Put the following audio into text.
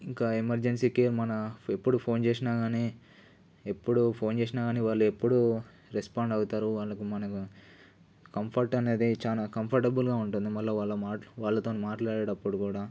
ఇంకా ఎమర్జెన్సీకే మన ఎప్పుడు ఫోన్ చేసినా కానీ ఎప్పుడు ఫోన్ చేసినా కానీ వాళ్ళు ఎప్పుడు రెస్పాండ్ అవుతారు వాళ్ళకు మనకు కంఫర్ట్ అనేది చాలా కంఫర్టబుల్గా ఉంటుంది మళ్ళీ వాళ్ళ మాటలు మళ్ళీ వాళ్ళతోనే మాట్లాడేటప్పుడు కూడా